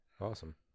Awesome